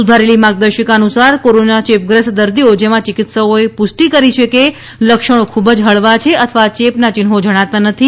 સુધારેલી માર્ગદર્શિકા અનુસાર કોરોના ચેપગ્રસ્ત દર્દીઓ જેમાં ચિકિત્સકોએ પુષ્ટિ કરી છે કે લક્ષણો ખૂબ જ હળવા છે અથવા ચેપના ચિન્હો બતાવતા નથી તે ઘરે એકલા હોઈ શકે છે